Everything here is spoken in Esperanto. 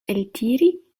eltiri